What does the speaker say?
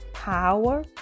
power